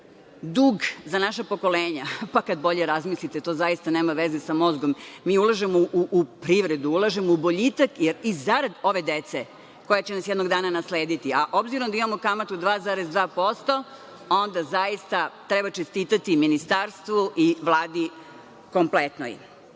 dug za naša pokolenja. Kada bolje razmislite to zaista nema veze sa mozgom. Mi ulažemo u privredu, ulažemo u boljitak, jer i zarad ove dece koja će nas jednog dana naslediti, a obzirom da imamo kamatu od 2,2%, onda zaista treba čestitati Ministarstvu i Vladi kompletnoj. Svetska